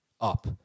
up